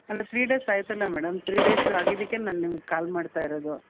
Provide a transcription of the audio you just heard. ಅಲ್ಲ three days ಆಯಿತಲ್ಲ madam three days ಆಗಿದ್ದಕ್ಕೆ ನಾನು ನಿಮ್ಗೆ ಕಾಲ್ ಮಾಡ್ತ ಇರೋದು